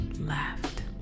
laughed